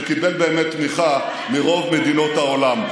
שקיבל תמיכה מרוב מדינות העולם.